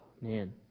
Man